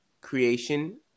creation